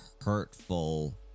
Hurtful